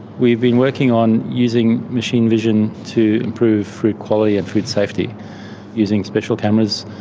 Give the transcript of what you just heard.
we've been working on using machine vision to improve food quality and food safety using special cameras